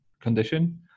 condition